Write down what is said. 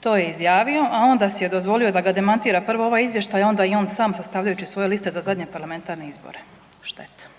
To je izjavio, a onda si je dozvolio da ga demantira prvo ovaj izvještaj, a onda i on sam sastavljajući svoje liste za zadnje parlamentarne izbore. Šteta.